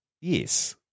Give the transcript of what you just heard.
Yes